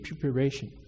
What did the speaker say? preparation